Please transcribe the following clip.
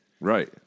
right